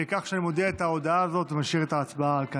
כך שאני מודיע את ההודעה הזאת ומשאיר את ההצבעה על כנה.